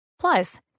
Plus